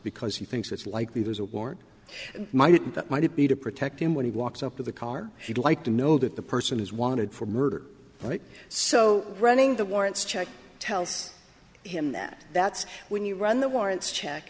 because he thinks it's likely there's a ward might it might it be to protect him when he walks up to the car he'd like to know that the person is wanted for murder right so running the warrants check tells him that that's when you run the warrants check